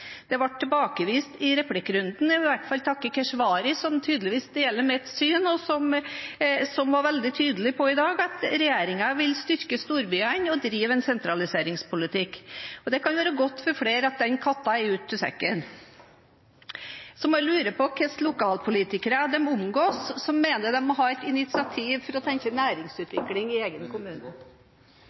Det ble tilbakevist i replikkrunden. Da vil jeg i hvert fall takke Keshvari, som tydeligvis deler mitt syn, og som i dag var veldig tydelig på at regjeringen vil styrke storbyene og drive en sentraliseringspolitikk. Det kan være godt for flere at den katten er ute av sekken. Så må jeg lure på hvilke lokalpolitikere de omgås som mener de må ha et initiativ for å tenke næringsutvikling i egen